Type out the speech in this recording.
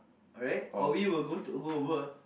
alright or we will go over